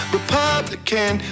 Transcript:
Republican